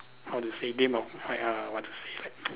how to say game of !aiya! what to say